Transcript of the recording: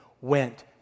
went